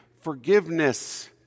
forgiveness